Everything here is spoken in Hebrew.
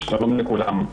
שלום לכולם.